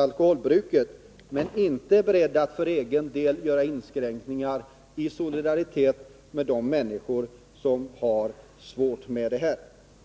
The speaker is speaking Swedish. alkoholbruket, men inte är beredd att för egen del göra inskränkningar i solidaritet med de människor som har svårigheter på detta område.